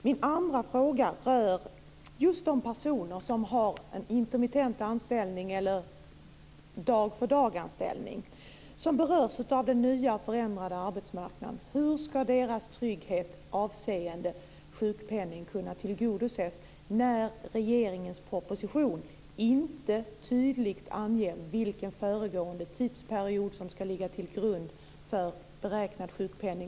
Den andra frågan rör just de personer som har en intermittent anställning, eller dag-för-dag-anställning, som berörs av den nya förändrade arbetsmarknaden.